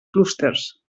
clústers